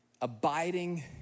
Abiding